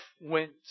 went